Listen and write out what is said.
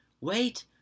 Wait